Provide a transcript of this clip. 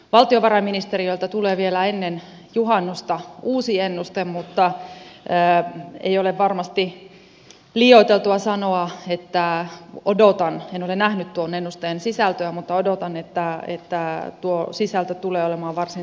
valtiovarainministeriöltä tulee vielä ennen juhannusta uusi ennuste mutta ei ole varmasti liioiteltua sanoa että odotan en ole nähnyt tuon ennusteen sisältöä mutta odotan että tuo sisältö tulee olemaan varsin samansuuntainen